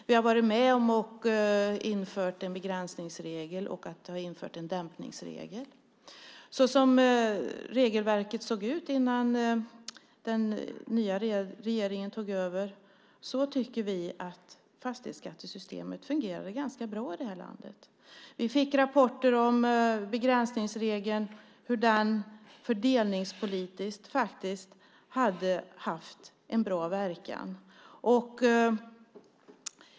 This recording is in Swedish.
Vi har varit med om att införa en begränsningsregel och en dämpningsregel. Såsom regelverket såg ut innan den nya regeringen tog över tycker vi att fastighetsskattesystemet fungerade ganska bra i det här landet. Vi fick rapporter om hur begränsningsregeln fördelningspolitiskt faktiskt hade haft en bra verkan.